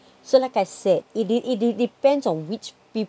so like I said it it it it depends on which